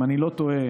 אם אני לא טועה,